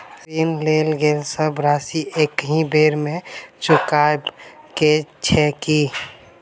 ऋण लेल गेल सब राशि एकहि बेर मे चुकाबऽ केँ छै की?